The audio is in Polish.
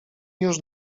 już